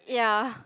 ya